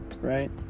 Right